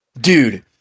dude